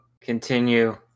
continue